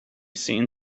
seen